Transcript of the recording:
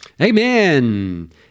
Amen